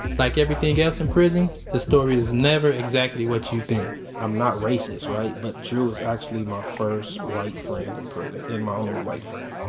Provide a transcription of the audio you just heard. like everything else in prison, the story is never exactly what you think i'm not racist, right, but, drew is actually my first white friend in prison and my only white friend